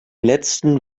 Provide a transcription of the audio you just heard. letzten